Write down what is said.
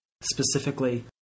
Specifically